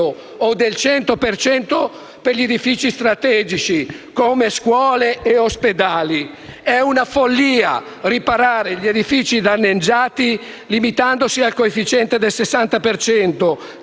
per cento per gli edifici strategici come scuole e ospedali. È una follia riparare gli edifici danneggiati limitandosi al coefficiente del 60